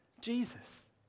Jesus